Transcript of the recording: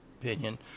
opinion